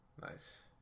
Nice